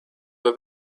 were